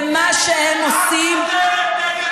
ומה שהם עושים, את חותרת נגד המדינה.